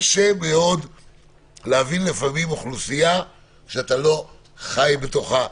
קשה מאוד להבין לפעמים אוכלוסייה כשאתה לא חי בתוכה,